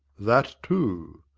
that too!